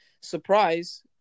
surprise